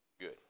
Good